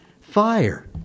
fire